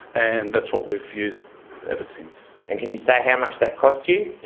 and that's what we've used ever since. and can you say how much that cost you?